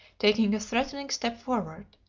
taking a threatening step forward.